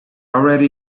already